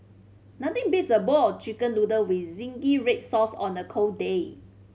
nothing beats a bowl of Chicken Noodles with zingy red sauce on a cold day